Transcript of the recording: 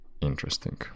interesting